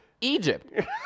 Egypt